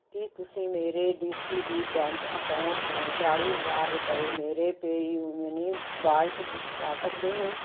ਕੀ ਤੁਸੀਂ ਮੇਰੇ D C B bank account ਤੋਂ ਚਾਲੀ ਹਜ਼ਾਰ ਰੁਪਏ ਮੇਰੇ ਪੇਅਯੂਮਨੀ ਵਾਲਟ ਵਿੱਚ ਪਾ ਸਕਦੇ ਹੋ